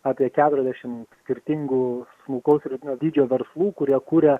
apie keturiasdešim skirtingų smulkaus ir vidutinio dydžio verslų kurie kuria